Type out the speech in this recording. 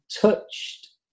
touched